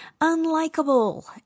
unlikable